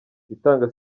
itanga